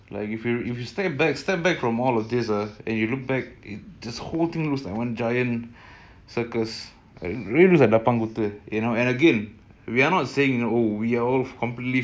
than maybe like five years ago it's it will be very life changing and so I will leave to sateer to discuss more about his wedding plans